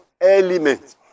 element